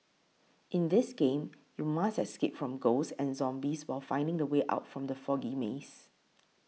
in this game you must escape from ghosts and zombies while finding the way out from the foggy maze